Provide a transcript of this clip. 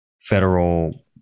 federal